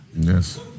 Yes